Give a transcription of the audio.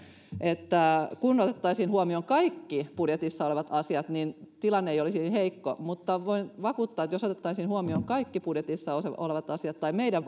että kun otettaisiin huomioon kaikki budjetissa olevat asiat niin tilanne ei olisi niin heikko mutta voin vakuuttaa että jos otettaisiin huomioon kaikki budjetissa olevat asiat tai meidän